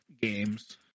games